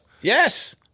yes